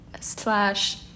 slash